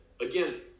again